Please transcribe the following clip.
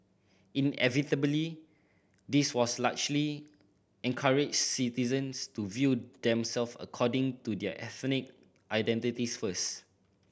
inevitably this was largely encouraged citizens to view themselves according to their ethnic identities first